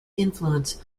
influence